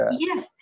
Yes